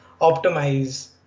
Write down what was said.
optimize